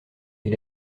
est